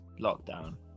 lockdown